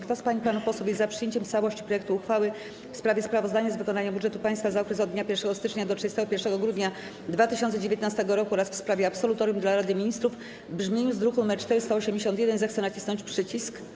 Kto z pań i panów posłów jest za przyjęciem w całości projektu uchwały w sprawie sprawozdania z wykonania budżetu państwa za okres od dnia 1 stycznia do 31 grudnia 2019 r. oraz w sprawie absolutorium dla Rady Ministrów, w brzmieniu z druku nr 481, zechce nacisnąć przycisk.